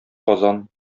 казан